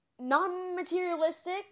non-materialistic